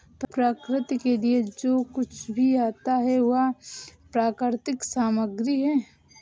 प्रकृति के लिए जो कुछ भी आता है वह प्राकृतिक सामग्री है